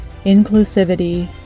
inclusivity